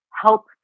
help